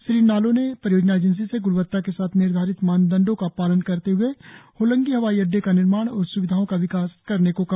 श्री नालो ने परियोजना एजेंसी से ग्णवत्ता के साथ निर्धारित मानदंडो का पालन करते हए होलोंगी हवाई अड्डे का निर्माण और स्विधाओं का विकास करने को कहा